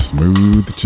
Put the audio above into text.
Smooth